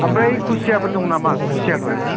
ओमफ्राय खुसियाफोर दं नामा खुसियाफोर